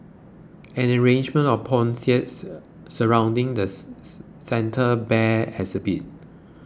an arrangement of poinsettias surrounding the Santa Bear exhibit